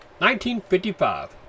1955